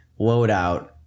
loadout